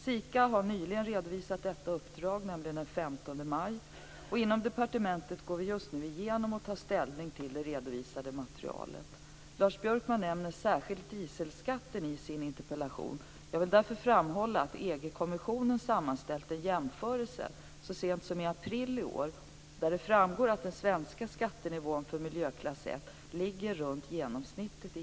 SIKA redovisade detta uppdrag den 15 maj i år. Inom departementet går vi nu igenom och tar ställning till det redovisade materialet. Lars Björkman nämner särskilt dieselskatten i sin interpellation. Jag vill därför framhålla att EG kommissionen sammanställt en jämförelse så sent som i april i år, där det framgår att den svenska skattenivån för miljöklass 1 ligger runt genomsnittet i